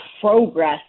progress